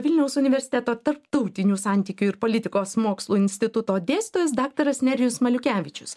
vilniaus universiteto tarptautinių santykių ir politikos mokslų instituto dėstytojas daktaras nerijus maliukevičius